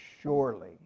surely